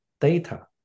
data